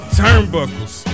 turnbuckles